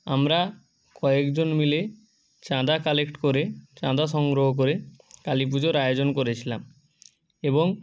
আমরা কয়েকজন মিলে চাঁদা কালেক্ট করে চাঁদা সংগ্রহ করে কালী পুজোর আয়োজন করেছিলাম এবং